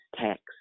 text